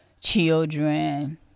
children